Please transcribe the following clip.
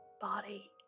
body